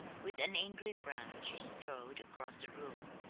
with an angry frown she strode across the room,